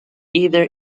either